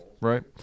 right